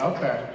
Okay